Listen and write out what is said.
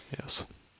Yes